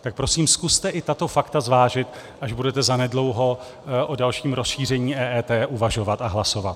Tak prosím zkuste i tato fakta zvážit, až budete zanedlouho o dalším rozšíření EET uvažovat a hlasovat.